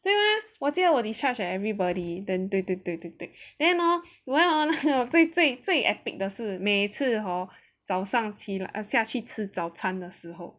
对吗我记得我 discharge at everybody then 对对对 then hor 那个最最最 epic 的是每次 hor 早上起来下去吃早餐的时候